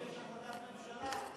תבקש החלטת ממשלה,